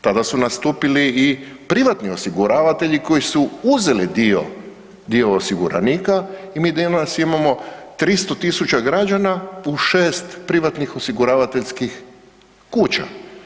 Tada su nastupili i privatni osiguravatelji koji su uzeli dio osiguranika i mi danas imamo 300 000 građana u 6 privatnih osiguravateljskih kuća.